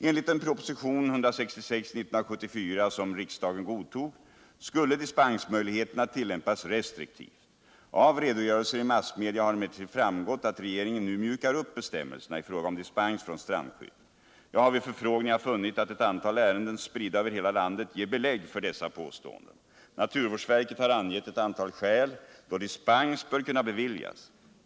Enligt den proposition 166 år 1974 som riksdagen godtog skulle dispensmöjligheterna tillämpas restriktivt. Av redogörelser i massmedia har emellertid framgått att regeringen nu mjukar upp bestämmelserna i fråga om dispens från strandskydd. Jag har vid förfrågningar funnit att ett antal ärenden spridda över hela landet ger belägg för dessa påståenden. Naturvårdsverket har angett ett antal skäl då dispens bör kunna beviljas.